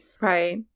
Right